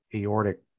aortic